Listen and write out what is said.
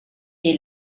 est